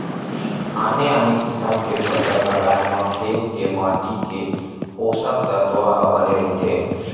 आने आने किसम के फसल लगाए म खेत के माटी के पोसक तत्व ह बने रहिथे